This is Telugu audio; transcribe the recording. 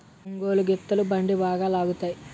ఒంగోలు గిత్తలు బండి బాగా లాగుతాయి